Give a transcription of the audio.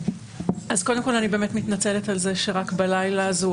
אני באמת מתנצלת על כך שזה הועבר רק בלילה.